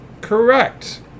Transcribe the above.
Correct